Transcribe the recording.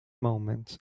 moment